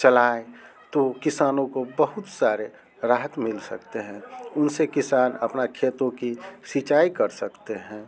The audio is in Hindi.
चलाएँ तो किसानों को बहुत सारे राहत मिल सकते हैं उनसे किसान अपना खेतों की सिंचाई कर सकते हैं